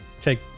take